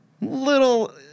little